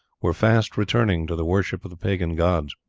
were fast returning to the worship of the pagan gods.